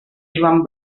joan